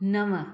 नव